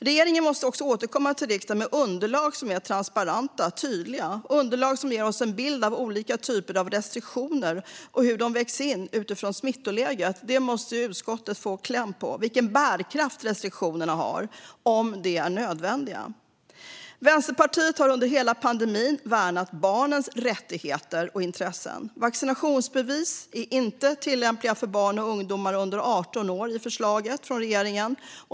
Regeringen måste också återkomma till riksdagen med underlag som är transparenta och tydliga, underlag som ger oss en bild av olika typer av restriktioner och hur de vägs in utifrån smittläget. Utskottet måste få koll på vilken bärkraft restriktionerna har och om de är nödvändiga. Vänsterpartiet har under hela pandemin värnat barnens rättigheter och intressen. Vaccinationsbevisen är inte tillämpliga för barn och ungdomar under 18 år i förslaget från regeringen.